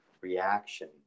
reaction